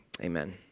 amen